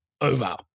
over